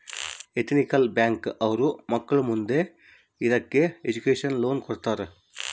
ethical bank ಅವ್ರು ಮಕ್ಳು ಮುಂದೆ ಇದಕ್ಕೆ ಎಜುಕೇಷನ್ ಲೋನ್ ಕೊಡ್ತಾರ